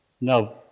Now